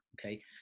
okay